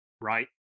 right